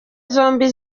zombi